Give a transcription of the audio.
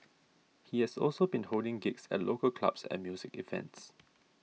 he is also been holding gigs at local clubs and music events